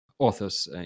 authors